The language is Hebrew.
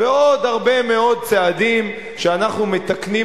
ועוד הרבה מאוד צעדים שאנחנו מתקנים